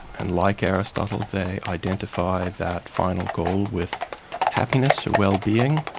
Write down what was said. and like aristotle, they identify that final goal with happiness or wellbeing,